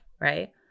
Right